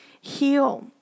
heal